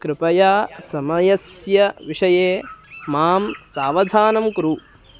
कृपया समयस्य विषये मां सावधानं कुरु